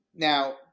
Now